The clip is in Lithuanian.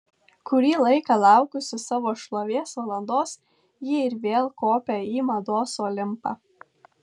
kurį laiką laukusi savo šlovės valandos ji ir vėl kopią į mados olimpą